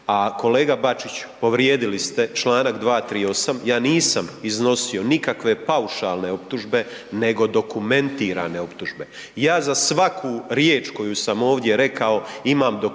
a kolega Bačiću povrijedili ste čl. 238. Ja nisam iznosio nikakve paušalne optužbe nego dokumentirane optužbe. Ja za svaku riječ koju sam ovdje rekao imam dokumente,